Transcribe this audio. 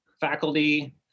Faculty